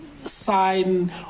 sign